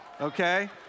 okay